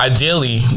Ideally